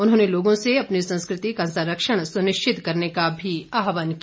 उन्होंने लोगों से अपनी संस्कृति का संरक्षण सुनिश्चि करने का भी आहवान किया